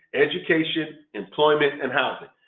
education, employment and housing.